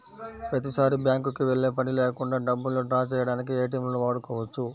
ప్రతిసారీ బ్యేంకుకి వెళ్ళే పని లేకుండా డబ్బుల్ని డ్రా చేయడానికి ఏటీఎంలను వాడుకోవచ్చు